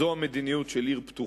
זו המדיניות של עיר פתוחה,